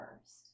first